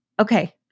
Okay